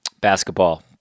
basketball